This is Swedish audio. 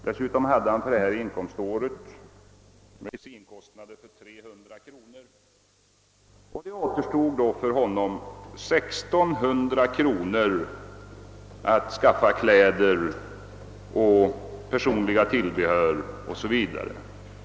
Dessutom hade han för inkomståret i fråga medicinkostnader på 300 kronor. Det återstod för honom 1600 kronor för anskaffning av kläder och andra personliga tillhörigheter.